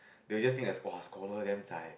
they just think as !wah! scholar damn zai